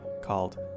called